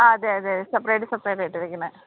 ആ അതെ അതെ സെപ്പറേറ്റ് സെപ്പറേറ്റ് ആയിട്ടാണ് വയ്ക്കുന്നത്